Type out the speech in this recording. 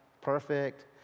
perfect